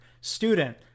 student